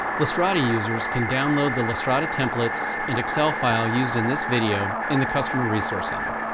lastrada users can download the lastrada templates and excel file used in this video in the customer resource center.